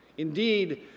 Indeed